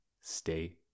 stay